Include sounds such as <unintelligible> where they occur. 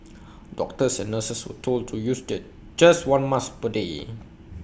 doctors and nurses were told to use <unintelligible> just one mask per day